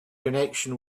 connection